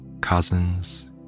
cousins